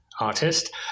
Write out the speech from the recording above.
artist